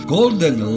Golden